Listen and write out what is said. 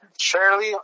Shirley